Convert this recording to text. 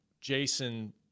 Jason